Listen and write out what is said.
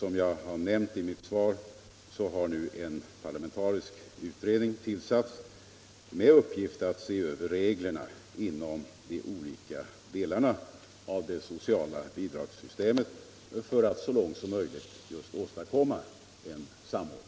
Som jag har nämnt i mitt svar, har nu en parlamentarisk utredning tillsatts med uppgift att se över reglerna inom de olika delarna av det sociala bidragssystemet för att så långt som möjligt just åstadkomma en samordning.